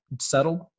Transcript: settled